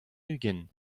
ugent